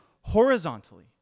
horizontally